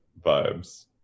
vibes